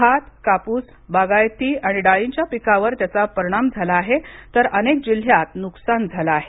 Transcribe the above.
भात कापूस बागायती आणि डाळींच्या पिकांवर त्याचा परिणाम झाला आहे तर अनेक जिल्ह्यात नुकसान झाले आहे